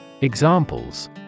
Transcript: Examples